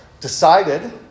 decided